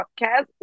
podcast